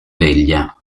veglia